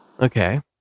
Okay